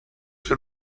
się